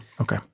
Okay